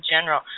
general